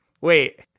Wait